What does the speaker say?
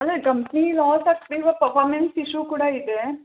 ಅಂದರೆ company loss ಆಗ್ತಿದೆ ಇವಾಗ ಪರ್ಫಾರ್ಮೆನ್ಸ್ ಇಶ್ಯೂ ಕೂಡ ಇದೆ